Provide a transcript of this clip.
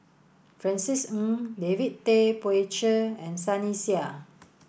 Francis Ng David Tay Poey Cher and Sunny Sia